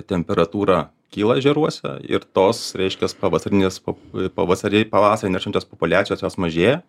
temperatūra kyla ežeruose ir tos reiškias pavasarinės po pavasari pavasarį neršiančios populiacijos jos mažėja